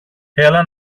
έλα